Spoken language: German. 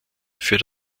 für